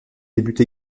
débute